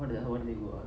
what you own legwork